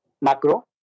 macro